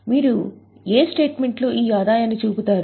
మీరు ఏ ప్రకటనలో ఆదాయాన్ని చూపుతారు